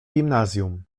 gimnazjum